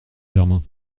germain